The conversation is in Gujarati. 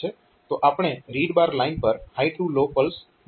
તો આપણને RD લાઇન પર હાય ટૂ લો પલ્સ મળે છે